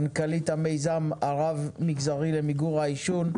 מנכ"לית המיזם הרב מגזרי למיגור העישון,